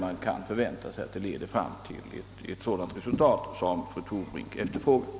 Man kan förvänta sig att då få fram ett sådant resultat som fru Torbrink nu efterlyser.